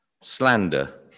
slander